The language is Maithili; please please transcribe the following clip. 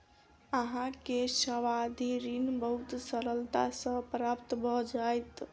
अहाँ के सावधि ऋण बहुत सरलता सॅ प्राप्त भ जाइत